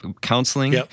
counseling